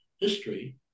history